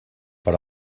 per